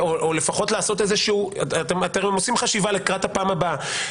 אתם עושים חשיבה לקראת הפעם הבאה,